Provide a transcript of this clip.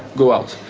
go out.